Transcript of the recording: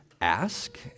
ask